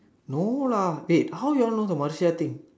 no lah wait how you all know the Marcia thing